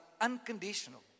unconditional